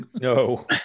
no